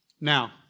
Now